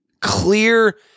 clear